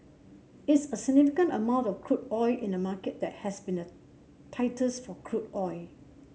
it's a significant amount of crude oil in a market that has been the tightest for crude oil